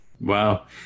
Wow